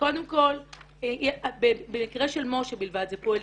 קודם כל במקרה של מש"ה בלבד זה פועל,